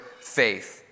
faith